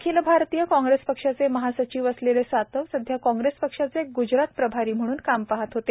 अखिल भारतीय काँग्रेस पक्षाचे महासचिव असलेले सातव सध्या काँग्रेस पक्षाचे ग्जरात प्रभारी म्हणून ते काम पाहत होते